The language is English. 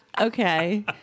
Okay